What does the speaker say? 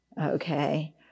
Okay